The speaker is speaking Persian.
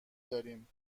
داریم